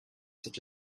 such